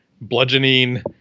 bludgeoning